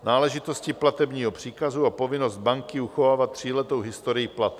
Náležitosti platebního příkazu a povinnost banky uchovávat tříletou historii plateb.